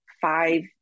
five